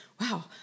wow